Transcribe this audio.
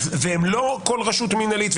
והם לא כל רשות מינהלית,